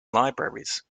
libraries